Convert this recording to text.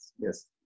Yes